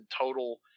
total